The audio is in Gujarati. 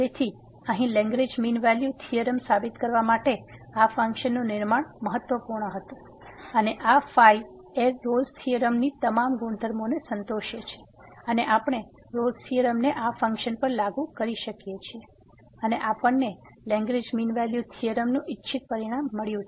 તેથી અહીં લેન્ગ્રેંજ મીન વેલ્યુ થીયોરમ સાબિત કરવા માટે આ ફંક્શનનું નિર્માણ મહત્વપૂર્ણ હતું અને આ અહીં રોલ્સRolle's થીયોરમની તમામ ગુણધર્મોને સંતોષે છે અને આપણે રોલ્સRolle's થીયોરમને આ ફંક્શન પર લાગુ કરી શકીએ છીએ અને આપણને લેંગરેંજ મીન વેલ્યુ થીયોરમનું ઇચ્છિત પરિણામ મળ્યું છે